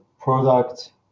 product